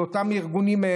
לאותם ארגונים,